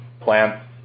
plants